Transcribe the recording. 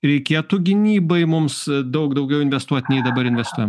reikėtų gynybai mums daug daugiau investuot nei dabar investuojam